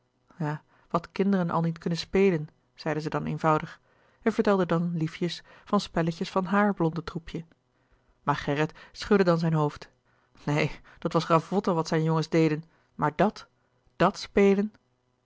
ja wat kinderen al niet kunnen spelen zeide zij dan eenvoudig en vertelde dan liefjes van spelletjes van haàr blonde troepje maar gerrit schudde dan zijn hoofd neen dat was ravotten wat zijne jongens deden maar dat dàt spelen